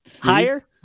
Higher